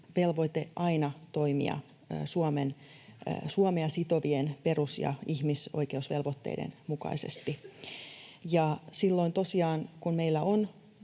velvoite aina toimia Suomea sitovien perus- ja ihmisoikeusvelvoitteiden mukaisesti. Silloin tosiaan, kun meillä on